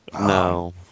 no